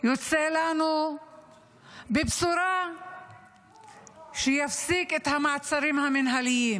יוצא לנו בבשורה שיפסיק את המעצרים המינהליים.